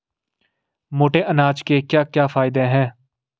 मोटे अनाज के क्या क्या फायदे हैं?